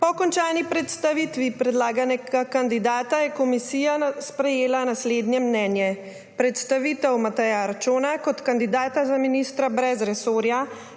Po končani predstavitvi predlaganega kandidata je Komisija sprejela naslednje mnenje: Predstavitev Mateja Arčona kot kandidata za ministra brez resorja,